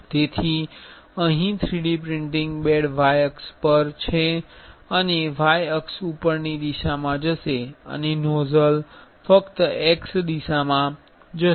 તેથી અહીં 3D printing bed Y અક્ષ પર છે અને Y અક્ષ ઉપરની દિશામાં જશે અને નોઝલ ફક્ત X દિશામાં જશે